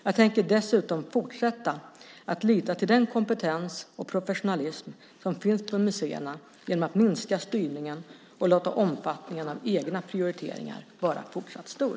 Jag tänker dessutom fortsätta att lita till den kompetens och professionalism som finns på museerna genom att minska styrningen och låta omfattningen av egna prioriteringar vara fortsatt stor.